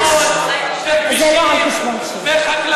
לפני עשור, שליש, וחקלאות.